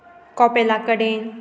कॉपेला कडेन